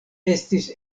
estis